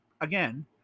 again